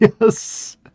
Yes